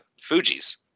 Fuji's